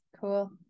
Cool